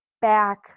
back